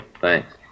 Thanks